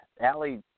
Allie